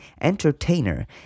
entertainer